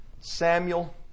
Samuel